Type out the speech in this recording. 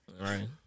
Right